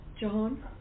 John